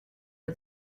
for